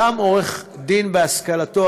שהוא גם עורך-דין בהשכלתו.